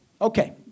Okay